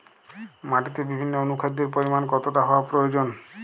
মাটিতে বিভিন্ন অনুখাদ্যের পরিমাণ কতটা হওয়া প্রয়োজন?